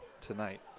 tonight